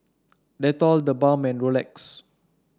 Dettol TheBalm and Rolex